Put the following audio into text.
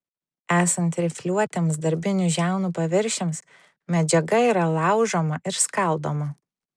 esant rifliuotiems darbinių žiaunų paviršiams medžiaga yra laužoma ir skaldoma